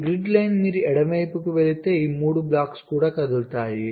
ఈ grid line మీరు ఎడమ వైపుకు వెళితే ఈ మూడు బ్లాక్స్ కూడా కదులుతాయి